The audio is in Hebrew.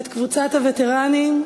ואת קבוצת הווטרנים,